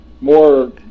more